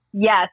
Yes